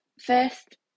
first